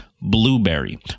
blueberry